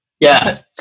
Yes